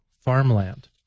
farmland